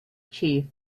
chief